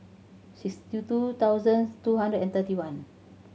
sixty two thousand two hundred and thirty one